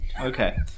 Okay